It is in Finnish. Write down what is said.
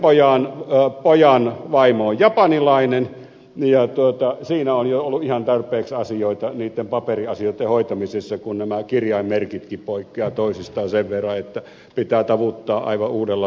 toisen pojan vaimo on japanilainen ja siinä on jo ollut ihan tarpeeksi asioita niitten paperiasioitten hoitamisessa kun nämä kirjainmerkitkin poikkeavat toisistaan sen verran että pitää tavuttaa aivan uudella tavalla